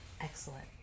Excellent